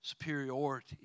superiority